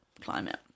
climate